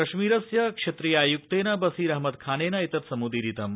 कश्मीरस्य क्षेत्रीयायुक्तेन बसीर अहमद खानेन एतत् सम्दीरितम्